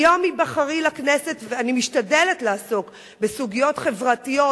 מיום היבחרי לכנסת אני משתדלת לעסוק בסוגיות חברתיות,